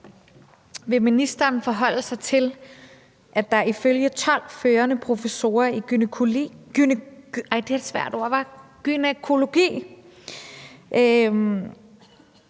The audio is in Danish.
Vil ministeren forholde sig til, at der ifølge 12 førende professorer i gynækologi